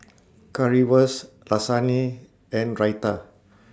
Currywurst Lasagne and Raita